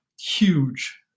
huge